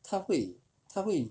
他会他会